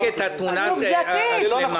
עובדתית.